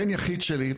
בן יחיד שלי,